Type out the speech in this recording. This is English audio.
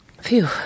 Phew